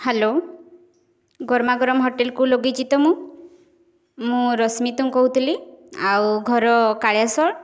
hello ଗରମା୍ ଗରମ୍ ହୋଟେଲକୁ ଲଗାଇଛି ତ ମୁଁ ମୁଁ ରଶ୍ମିତୁଂ କହୁଥିଲି ଆଉ ଘର କାଳିଆଶଳ୍